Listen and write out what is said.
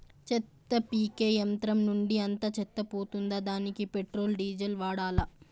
చెత్త పీకే యంత్రం నుండి అంతా చెత్త పోతుందా? దానికీ పెట్రోల్, డీజిల్ వాడాలా?